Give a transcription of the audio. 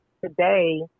today